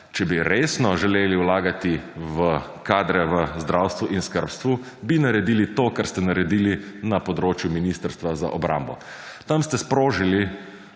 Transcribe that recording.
če bi resno želeli vlagati v kadre v zdravstvu in skrbstvu bi naredili to, kar ste naredili na področju Ministrstva za obrambo. Tam ste sprožili